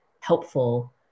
helpful